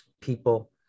people